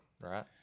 right